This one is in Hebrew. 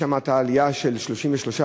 שם הייתה עלייה של 33%,